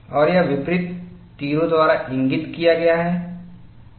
और यह विपरीत तीरों द्वारा इंगित किया गया है